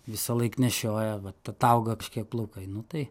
visąlaik nešioja vat atauga kažkiek plaukai nu tai